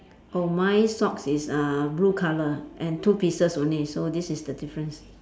oh my socks is uh blue colour and two pieces only so this is the difference